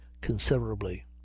considerably